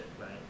right